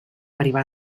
arribar